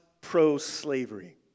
pro-slavery